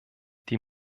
die